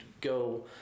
go